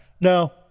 no